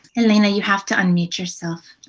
elena, you have to unmute yourself?